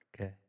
Okay